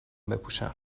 بپوشم